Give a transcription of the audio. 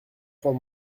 trois